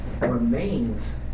remains